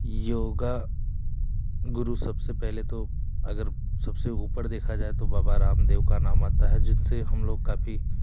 योगा गुरु सबसे पहले तो अगर सबसे ऊपर देखा जाए तो बाबा रामदेव का नाम आता है जिनसे हम लोग काफ़ी